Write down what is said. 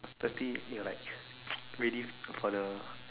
thirty they are like ready for the